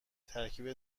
ترکیب